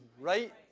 right